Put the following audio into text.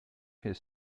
his